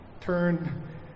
turn